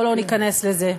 בוא לא ניכנס לזה.